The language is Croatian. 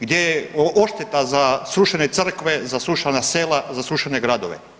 Gdje je odšteta za srušene crkve, za srušena sela, za srušene gradove?